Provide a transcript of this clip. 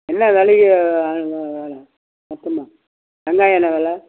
என்ன விலை மொத்தமாக வெங்காயம் என்ன விலை